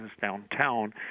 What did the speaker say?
downtown